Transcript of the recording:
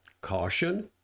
caution